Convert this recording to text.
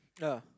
yeah